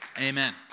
Amen